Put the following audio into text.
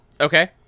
okay